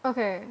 okay